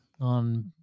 on